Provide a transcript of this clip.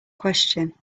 question